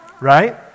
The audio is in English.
right